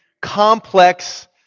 complex